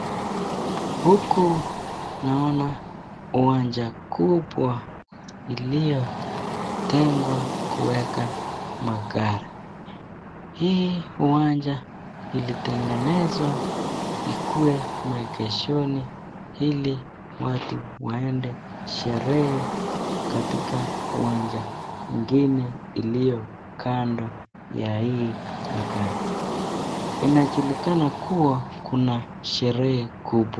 Huku naona uwanja kubwa iliyotengwa kuweka magari. Hii uwanja ilitengenezwa ikuwe maegeshoni ili watu waende sherehe katika uwanja ingine iliyokando ya hii magari. Inajulikana kuwa kuna sherehe kubwa.